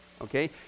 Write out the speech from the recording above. okay